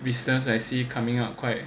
business I see coming out quite